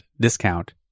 discount